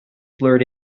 blurred